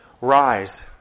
Rise